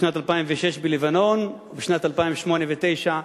בשנת 2006 בלבנון ובשנת 2008 ו-2009,